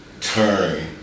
turn